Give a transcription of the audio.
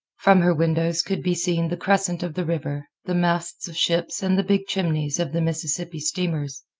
from her windows could be seen the crescent of the river, the masts of ships and the big chimneys of the mississippi steamers.